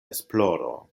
esploro